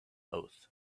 oath